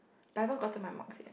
but I haven't gotten my marks yet